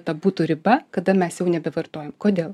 tą būtų riba kada mes jau nebevartojam kodėl